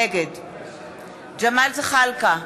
נגד ג'מאל זחאלקה,